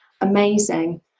amazing